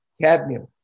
cadmium